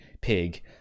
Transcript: pig